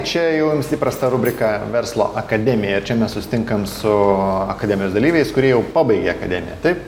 čia jums įprasta rubrika verslo akademija ir čia mes susitinkam su akademijos dalyviais kurie jau pabaigė akademiją taip